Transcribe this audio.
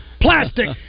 plastic